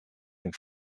dem